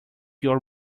your